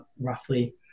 roughly